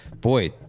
boy